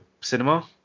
cinema